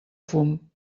fum